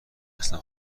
اصلا